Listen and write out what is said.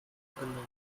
umbenennen